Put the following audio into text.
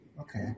Okay